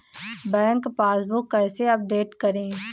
Bank passbook कैसे update करें?